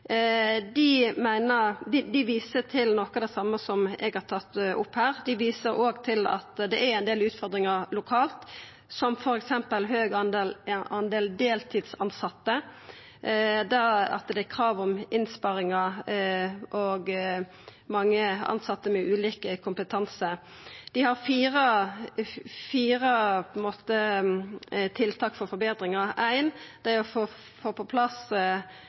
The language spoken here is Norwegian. Dei viser til noko av det same som eg har tatt opp her. Dei viser òg til at det er ein del utfordringar lokalt, som f.eks. mange deltidstilsette, at det er krav om innsparingar, og at det er mange tilsette med ulik kompetanse. Dei har fire tiltak til forbetringar: Ein må få på plass nødvendig dokumentasjonsverktøy. Ein må få